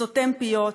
סותם פיות,